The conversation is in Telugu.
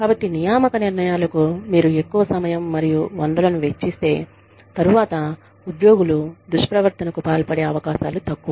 కాబట్టి నియామక నిర్ణయాలకు మీరు ఎక్కువ సమయం మరియు వనరులను వెచ్చిస్తే తరువాత ఉద్యోగులు దుష్ప్రవర్తనకు పాల్పడే అవకాశాలు తక్కువ